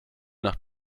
nach